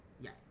Yes